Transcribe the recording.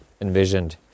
envisioned